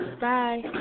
Bye